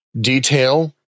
detail